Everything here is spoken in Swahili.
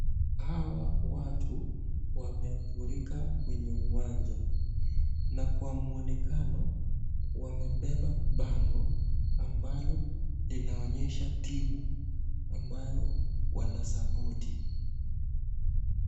Hawa watu wamefurika kwenye uwanja na kwa muonekano wamebeba bango ambalo linaonyesha timu ambayo wanasapoti.